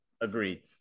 Agreed